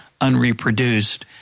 unreproduced